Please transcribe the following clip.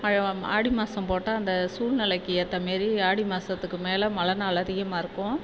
மழை வம் ஆடி மாதம் போட்டால் அந்த சூழ்நிலைக்கு ஏற்றமேரி ஆடி மாதத்துக்கு மேலே மழை நாள் அதிகமாக இருக்கும்